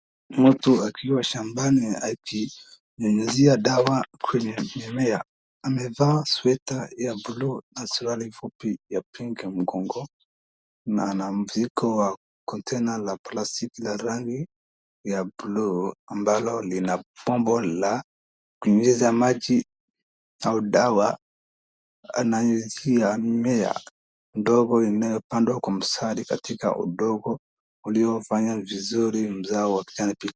Mtu akiwa shambani akinyunyuzia dawa kwenye mimea, amevaa sweater ya blue na surwali fupi ya pink . Mgongo ana mzigo wa container ya plastiki ya rangi ya blue ambalo lina pambo la kunyunyiza maji au dawa, ananyunyuzia mimea ndogo inayopandwa kwa mstari katika udongo uliofanya mzuri mzao wa kati.